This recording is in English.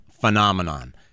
phenomenon